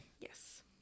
yes